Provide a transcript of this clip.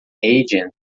agent